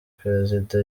perezida